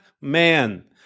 man